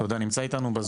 תודה רבה.